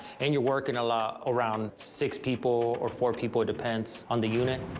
and you're working a lot around six people, or four people it depends on the unit.